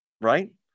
right